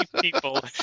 people